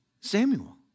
Samuel